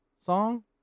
song